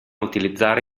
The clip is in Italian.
utilizzare